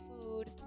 food